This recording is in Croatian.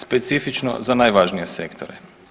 Specifično za najvažnije sektore.